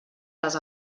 les